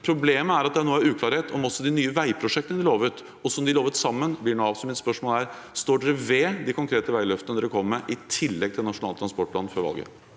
Problemet er at det nå er uklarhet også om de nye veiprosjektene de lovet, som de lovet sammen, blir noe av. Mitt spørsmål er: Står dere ved de konkrete veiløftene dere kom med – i tillegg til Nasjonal transportplan – før valget?